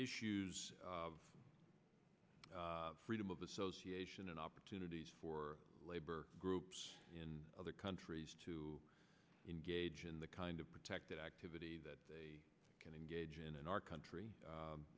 issues of freedom of association and opportunities for labor groups in other countries to engage in the kind of protected activity that they can engage in in our country